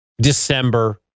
December